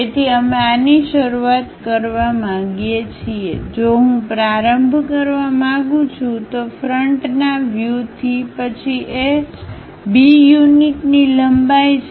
તેથી અમે આની શરૂઆત કરવા માંગીએ છીએ જો હું પ્રારંભ કરવા માંગું છું તો ફ્રન્ટના વ્યૂ થી પછી એ B યુનિટ ની લંબાઈ છે